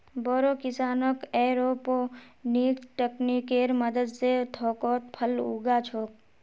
बोरो किसान एयरोपोनिक्स तकनीकेर मदद स थोकोत फल उगा छोक